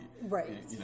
Right